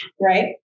Right